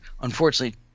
unfortunately